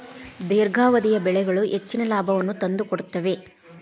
ದೇರ್ಘಾವಧಿಯ ಬೆಳೆಗಳು ಹೆಚ್ಚಿನ ಲಾಭವನ್ನು ತಂದುಕೊಡುತ್ತವೆ